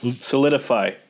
solidify